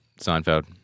Seinfeld